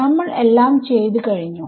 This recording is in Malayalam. നമ്മൾ എല്ലാം ചെയ്ത് കഴിഞ്ഞോ